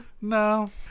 No